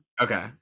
Okay